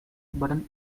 button